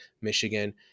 Michigan